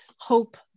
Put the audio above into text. hope